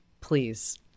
Please